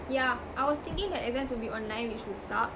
yeah I was thinking that exams would be online which would suck